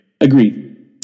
agreed